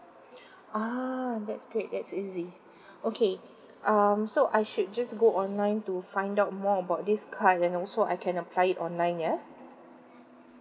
ah that's great that's easy okay um so I should just go online to find out more about this card and also I can apply it online ya